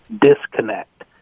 disconnect